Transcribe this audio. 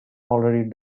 already